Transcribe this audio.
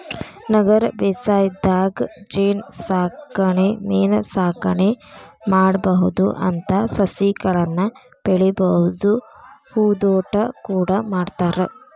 ನಗರ ಬೇಸಾಯದಾಗ ಜೇನಸಾಕಣೆ ಮೇನಸಾಕಣೆ ಮಾಡ್ಬಹುದು ಮತ್ತ ಸಸಿಗಳನ್ನ ಬೆಳಿಬಹುದು ಹೂದೋಟ ಕೂಡ ಮಾಡ್ತಾರ